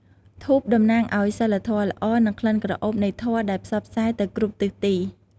ធូប តំណាងឱ្យ សីលធម៌ល្អ និងក្លិនក្រអូបនៃធម៌ដែលផ្សព្វផ្សាយទៅគ្រប់ទិសទី។